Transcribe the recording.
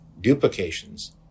duplications